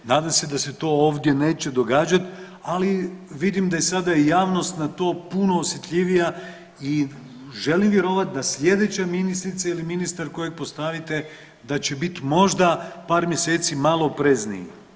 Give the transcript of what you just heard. Nadam se da se to ovdje neće događat, ali vidim da i sada je javnost na to puno osjetljivija i želim vjerovat da slijedeća ministrica ili ministar kojeg postavite da će biti možda par mjeseci malo oprezniji.